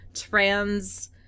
trans